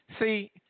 See